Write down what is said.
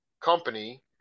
company